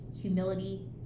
humility